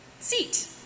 Seat